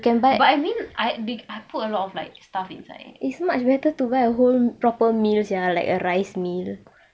but I mean I bi~ I put a lot of like stuffs inside